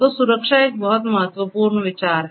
तो सुरक्षा एक बहुत महत्वपूर्ण विचार है